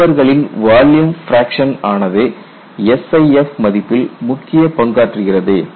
ஃபைபர்களின் volume fraction ஆனது SIF மதிப்பில் முக்கிய பங்காற்றுகிறது